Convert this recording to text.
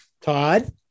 Todd